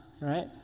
right